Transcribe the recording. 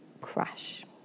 crash